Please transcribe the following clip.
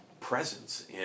presence